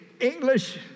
English